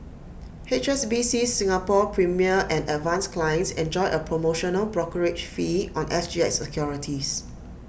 H S B C Singapore's premier and advance clients enjoy A promotional brokerage fee on S G X securities